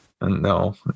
No